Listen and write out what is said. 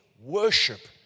Worship